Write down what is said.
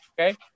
okay